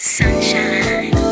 sunshine